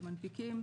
למנפיקים,